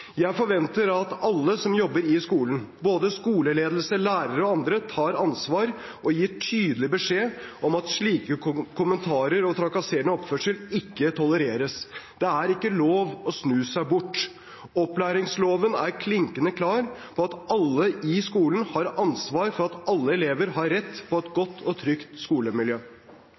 Jeg forventer at alle som jobber i skolen, både skoleledere, lærere og andre, tar ansvar og gir tydelig beskjed om at slike kommentarer og trakasserende oppførsel ikke tolereres. Det er ikke lov å snu seg bort. Opplæringsloven er klinkende klar på at alle i skolen har ansvar for at alle elever har rett på et godt og trygt skolemiljø.